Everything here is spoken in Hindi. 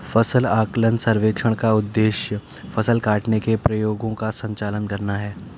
फसल आकलन सर्वेक्षण का उद्देश्य फसल काटने के प्रयोगों का संचालन करना है